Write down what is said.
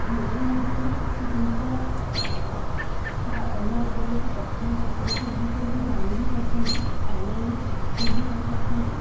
ତ ମୋବାଇଲ୍ ମାଧ୍ୟମରେ କିଛି ଜିନିଷ କାହା ଅନ୍ୟ ଜରିଆକୁ ପଠେଇ ପାରୁଛନ୍ତି ଦେଶବିଦେଶର କଥା ଜାଣି ବି ପାରୁଛନ୍ତି ଅନଲାଇନ୍ରେ କ୍ଲାସ୍ ମଧ୍ୟ କରିପାରୁଛନ୍ତି